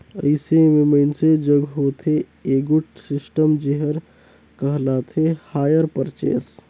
अइसे में मइनसे जग होथे एगोट सिस्टम जेहर कहलाथे हायर परचेस